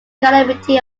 calamity